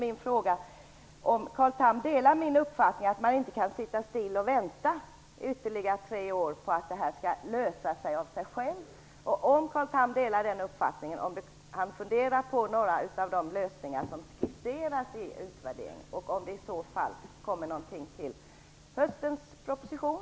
Min fråga är om Carl Tham delar min uppfattning att man inte kan sitta still och vänta ytterligare tre år på att det här skall lösa sig av sig självt, om han funderar på några av de lösningar som skisseras i utvärderingen och om det i så fall kommer någonting i höstens proposition.